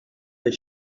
les